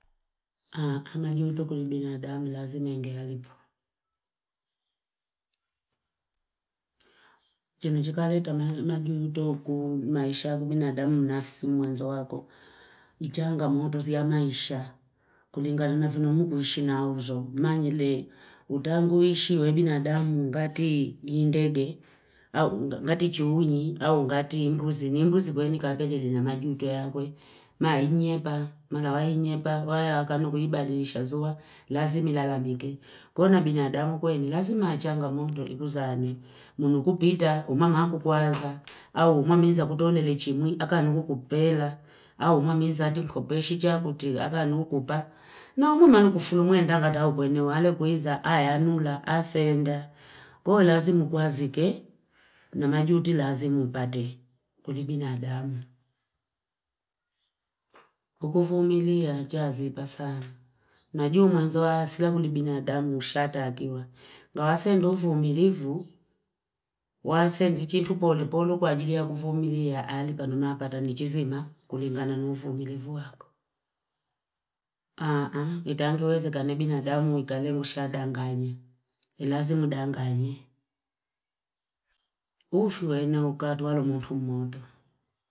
Majiutu kuli binadamu lazime ngehalipu. Chemo chikaleta majiutu ku maisha ku binadamu mnafisi mwenzo wako. Ichanga motozi ya maisha. Kulingalona fino muku ishi na uzo. Manyele utangu ishi we binadamu nga ti indege, nga ti chuhunyi, nga ti mbuzi. Ni mbuzi kwenye kapenye lina majiutu ya kwe. Maa inyepa, maa lawa inyepa. Waya akano kuhiba lilishazua. Lazimi lalamike. Kuna binadamu kwenye, lazima achanga moto ikuzani. Munu kupita, umama haku kwaza. Au umamiza kutole lechimu, haka nukupela. Au umamiza atikope shijakuti, haka nukupa. Na umama nukufu mwenda nga tao kwenye wale kuhiza. Haa yanula, haa senda. Kuna lazimu kwazike, na majiutu lazimu upate. Kuli binadamu. Ukufumilia, achazipa sana. Na juu mazoa, sila kuli binadamu, usha tagiwa. Nga wasende ufumilivu, wasende chitu pole polo kwa jiri ya kufumilia ya alipa, nuna pata ni chizima, kulikana na ufumilivu haku. Haa haa, itanguweze kane binadamu, ikale usha danganya. Ilazimu danganya. Ufuwe na ukadu walo moto mondo.